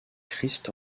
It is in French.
christ